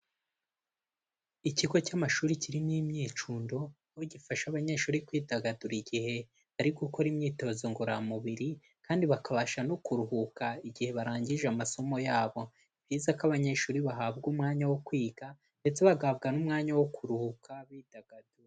Ikigo cy'amashuri kirimo imyicundo, aho gifasha abanyeshuri kwidagadura igihe ari gukora imyitozo ngororamubiri kandi bakabasha no kuruhuka igihe barangije amasomo yabo. Ni byiza ko abanyeshuri bahabwa umwanya wo kwiga ndetse bagahabwa n'umwanya wo kuruhuka bidagadura.